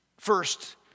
First